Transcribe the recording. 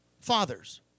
fathers